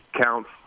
counts